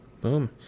Boom